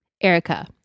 Erica